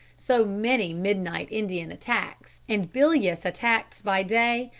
so many midnight indian attacks and bilious attacks by day,